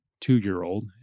two-year-old